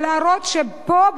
ולהראות שפה,